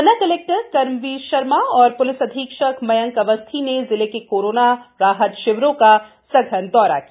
पन्ना collector Karmveer Sharma और police अधीक्षक मयंक अवस्थी ने जिले के कोरोना राहत शिविरों का सघन दौरा किया